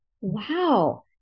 wow